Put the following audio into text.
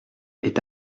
est